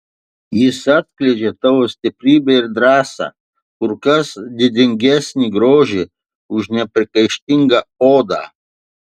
jis atskleidžia tavo stiprybę ir drąsą kur kas didingesnį grožį už nepriekaištingą odą